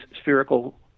spherical